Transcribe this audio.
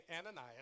Ananias